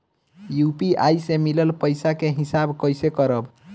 UPI से मिलल पईसा के हिसाब कइसे करब?